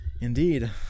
indeed